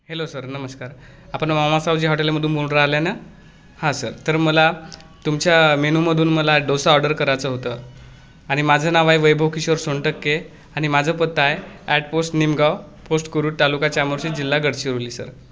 hello sir नमस्कार आपण मामा सावजी हॉटेलमधून बोलून राहिले ना हां सर तर मला तुमच्या मेनूमधून मला डोसा ऑर्डर करायचं होतं आणि माझं नाव आहे वैभव किशोर सोनटक्के आणि माझं पत्ता आहे at post Nimgaon post Kurud taluka Chamorshi जिल्हा गडचिरोली सर